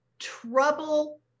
Trouble